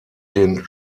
den